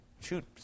Shoot